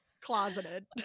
closeted